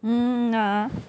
mm ah ah